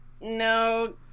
no